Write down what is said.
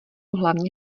hlavně